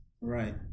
Right